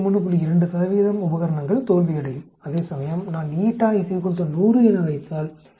2 உபகரணங்கள் தோல்வியடையும் அதேசமயம் நான் 100 என வைத்தால் 63